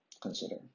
consider